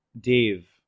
dave